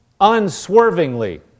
Unswervingly